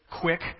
quick